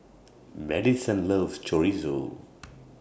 Maddison loves Chorizo